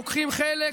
לוקחים חלק,